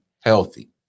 healthy